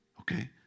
Okay